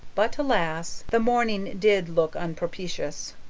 but alas, the morning did look unpropitious.